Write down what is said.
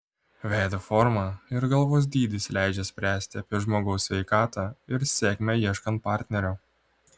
veido forma ir galvos dydis leidžia spręsti apie žmogaus sveikatą ir sėkmę ieškant partnerio